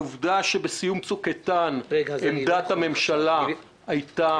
עובדה שבסיום צוק איתן עמדת הממשלה הייתה